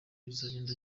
bizagenda